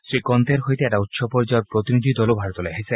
শ্ৰীকণ্টেৰ সৈতে এটা উচ্চ পৰ্যায়ৰ প্ৰতিনিধি দলো ভাৰতলৈ আহিছে